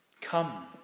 Come